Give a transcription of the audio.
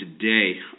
today